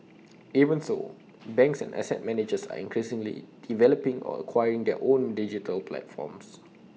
even so banks and asset managers are increasingly developing or acquiring their own digital platforms